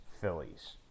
Phillies